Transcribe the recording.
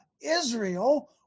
Israel